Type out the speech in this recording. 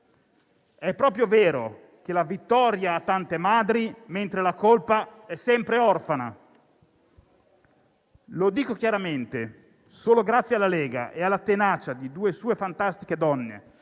È proprio vero che la vittoria ha tante madri, mentre la colpa è sempre orfana. Dico chiaramente che, solo grazie alla Lega e alla tenacia di due sue fantastiche donne,